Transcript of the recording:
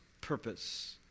purpose